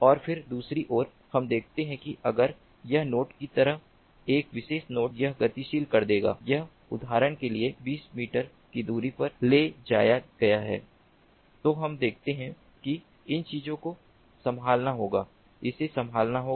और फिर दूसरी ओर हम देखते हैं कि अगर इस नोड की तरह एक विशेष नोड यह गतिशील कर देगा यह उदाहरण के लिए 20 मीटर की दूरी पर ले जाया गया है तो हम देखते हैं कि इन चीजों को संभालना होगा इसे संभालना होगा